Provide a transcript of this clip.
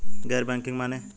गैर बैंकिंग माने?